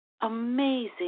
amazing